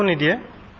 and did